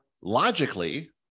logically